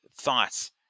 thoughts